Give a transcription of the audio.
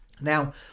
Now